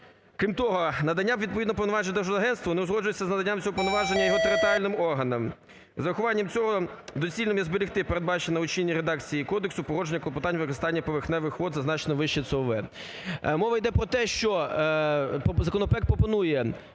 Крім того, надання відповідного повноваження Держводагентства не узгоджується з наданням цього повноваження його територіальним органам. З урахуванням цього доцільним є зберегти передбачений у чинній редакції кодексу погодження клопотань використання поверхневих вод зазначеного вище ЦОВВ. Мова йде про те, що законопроект пропонує,